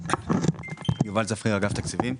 יובל צפריר, אגף תקציבים.